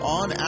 on